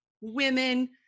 women